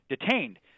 detained